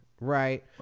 Right